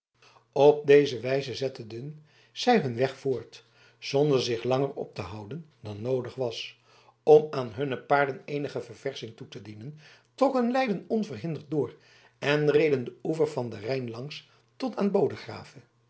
op deze wijze zetteden zij hun weg voort zonder zich langer op te houden dan noodig was om aan hunne paarden eenige verversching toe te dienen trokken leiden onverhinderd door en reden den oever van den rijn langs tot